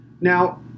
Now